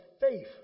faith